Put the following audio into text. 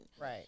right